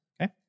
Okay